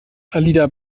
alida